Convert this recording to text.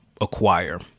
acquire